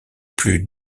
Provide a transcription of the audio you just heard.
plus